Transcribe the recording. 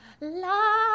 love